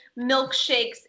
milkshakes